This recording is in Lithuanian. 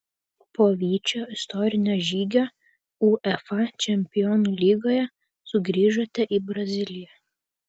po vyčio istorinio žygio uefa čempionų lygoje sugrįžote į braziliją